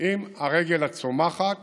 עם הרגל הצומחת